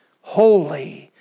holy